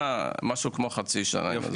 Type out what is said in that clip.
כמו חצי שנה.